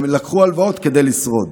הם לקחו הלוואות כדי לשרוד,